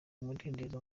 umudendezo